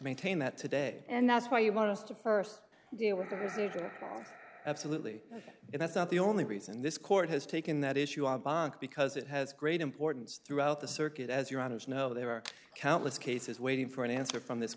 maintain that today and that's why you want us to first deal with the visitor absolutely and that's not the only reason this court has taken that issue our bond because it has great importance throughout the circuit as your honour's know there are countless cases waiting for an answer from this